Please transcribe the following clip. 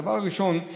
הדבר הראשון,